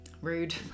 Rude